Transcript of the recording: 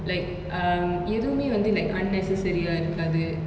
like um எதுவுமே வந்து:ethuvume vanthu like unnecessary ah இருக்காது:irukaathu